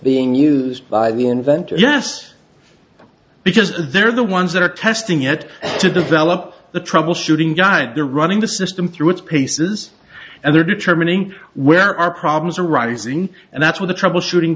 being used by the inventor yes because they're the ones that are testing it to develop the troubleshooting guide they're running the system through it's paces and they're determining where our problems are rising and that's what the troubleshooting